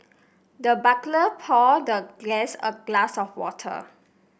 the butler poured the guest a glass of water